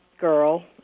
girl